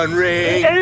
ring